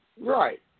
Right